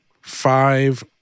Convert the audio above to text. five